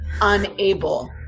unable